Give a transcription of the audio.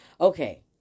Okay